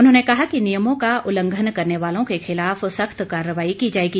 उन्होंने कहा कि नियमों का उल्लंघन करने वालों के खिलाफ सख्त कार्रवाई की जाएगी